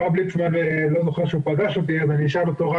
הרב ליצמן לא זוכר שהוא פגש אותי ואני אשאל אותו רק